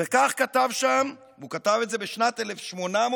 וכך כתב שם, הוא כתב את זה בשנת 1849,